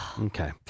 Okay